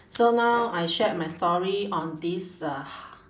so now I shared my story on this uh